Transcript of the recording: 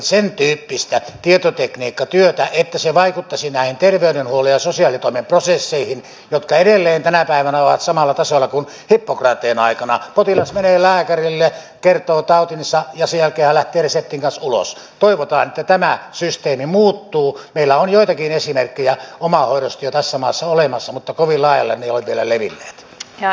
on tärkeää että se vaikuttaisi näihin terveydenhuollon ja sosiaalitoimen tämän päivän ihmiset tulevista sukupolvista puhumattakaan voivat käydä paikan päällä perehtymässä siihen historialliseen perintöön jota presidentti svinhufvudin elämäntyö edustaa ja lääkereseptin ulos toivotaan pitävää systeemi muuttuu meillä on joitakin esimerkkejä omahoidosta jo tässä maassa jonka ansiosta suomi loistaa kirkkaana kansakuntien joukossa